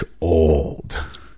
old